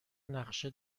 نقشه